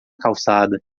calçada